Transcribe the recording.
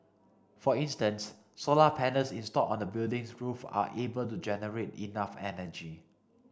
for instance solar panels installed on the building's roof are able to generate enough energy